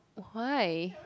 why